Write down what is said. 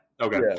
Okay